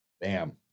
Bam